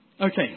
Okay